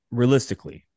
realistically